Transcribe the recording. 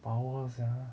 power sia